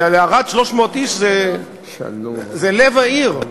לערד, 300 איש זה לב העיר.